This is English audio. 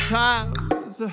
times